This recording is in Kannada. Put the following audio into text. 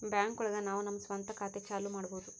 ಬ್ಯಾಂಕ್ ಒಳಗ ನಾವು ನಮ್ ಸ್ವಂತ ಖಾತೆ ಚಾಲೂ ಮಾಡ್ಬೋದು